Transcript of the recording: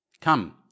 Come